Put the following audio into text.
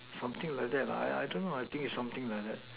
something like that I I don't know I think is something like that